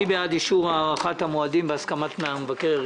מי בעד אישור הארכת המועדים, בהסכמת מבקר המדינה?